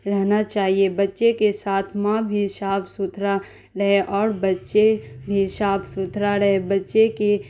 رہنا چاہیے بچے کے ساتھ ماں بھی صاف ستھرا رہے اور بچے بھی صاف ستھرا رہے بچے کی